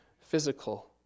physical